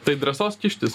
tai drąsos kištis